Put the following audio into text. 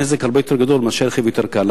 נזק הרבה יותר גדול מאשר גורם רכב יותר קל,